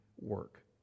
work